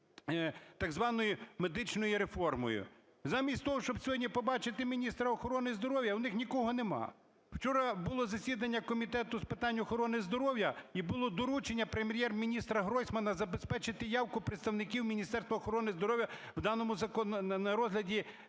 так званої медичної реформи. Замість того, щоб сьогодні побачити міністра охорони здоров'я, у них нікого немає. Вчора було засідання Комітету з питань охорони здоров'я, і було доручення Прем'єр-міністра Гройсмана забезпечити явку представників Міністерства охорони здоров'я в даному… на розгляді